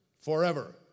forever